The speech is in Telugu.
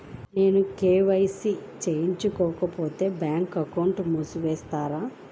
నేను కే.వై.సి చేయించుకోకపోతే బ్యాంక్ అకౌంట్ను మూసివేస్తారా?